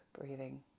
breathing